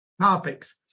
topics